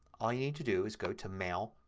all you need to do is go to mail,